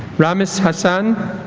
ramis hassan